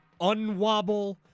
unwobble